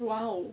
!wow!